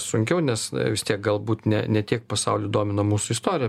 sunkiau nes vis tiek galbūt ne ne tiek pasaulį domina mūsų istorija